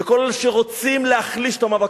וכל אלה שרוצים להחליש את המאבק,